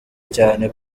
cyane